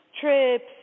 trips